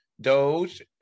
Doge